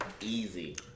Easy